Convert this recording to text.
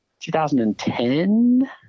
2010